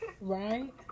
Right